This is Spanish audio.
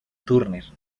turner